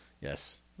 Yes